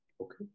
Okay